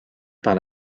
par